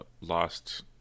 lost